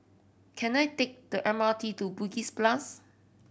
can I take the M R T to Bugis plus